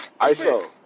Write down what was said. ISO